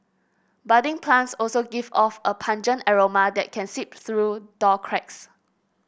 budding plants also give off a pungent aroma that can seep through door cracks